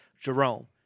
Jerome